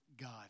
God